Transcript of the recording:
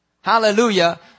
hallelujah